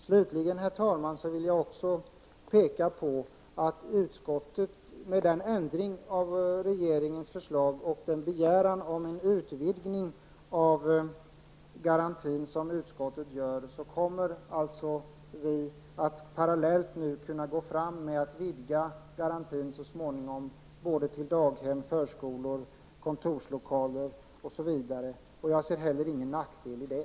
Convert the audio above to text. Slutligen, herr talman, vill jag också peka på att med den ändring av regeringens förslag och den begäran om en utvidgning av garantin som utskottet gör, kommer vi att parallellt kunna vidga garantin så småningom till att även gälla för daghem, förskolor, kontorslokaler osv. Jag ser heller ingen nackdel med det.